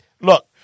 Look